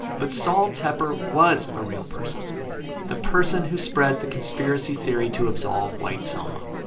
but sol tepper was a real person the person who spread the conspiracy theory to absolve white selma.